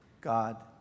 God